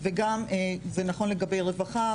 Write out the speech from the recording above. וגם זה נכון לגבי רווחה,